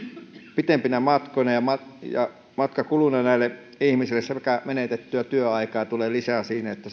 pitempinä matkoina ja matkakuluina näille ihmisille sekä menetettyä työaikaa tulee lisää siinä että